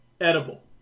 edible